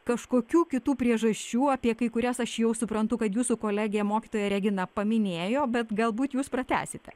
kažkokių kitų priežasčių apie kai kurias aš jau suprantu kad jūsų kolegė mokytoja regina paminėjo bet galbūt jūs pratęsite